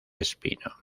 espino